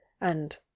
And—